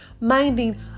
minding